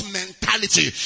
mentality